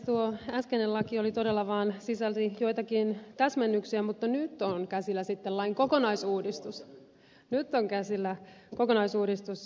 tuo äskeinen laki todella vaan sisälsi joitakin täsmennyksiä mutta nyt on käsillä sitten lain kokonaisuudistus